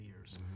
years